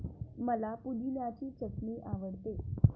मला पुदिन्याची चटणी आवडते